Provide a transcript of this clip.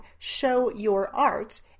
showyourart